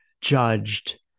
judged